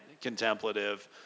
contemplative